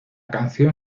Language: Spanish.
canción